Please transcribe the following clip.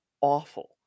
awful